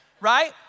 right